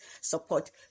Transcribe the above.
support